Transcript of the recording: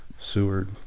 seward